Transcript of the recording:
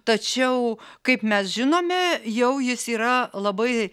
tačiau kaip mes žinome jau jis yra labai